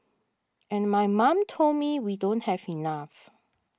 and my mom told me we don't have enough